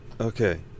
Okay